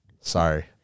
Sorry